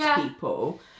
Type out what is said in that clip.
people